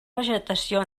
vegetació